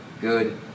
good